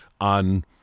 on